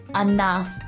enough